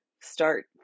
start